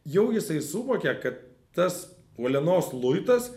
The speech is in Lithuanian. jau jisai suvokė kad tas uolienos luitas